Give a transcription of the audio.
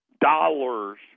dollars